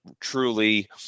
truly